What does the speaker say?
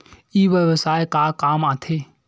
ई व्यवसाय का काम आथे?